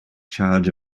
charge